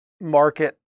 market